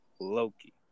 Loki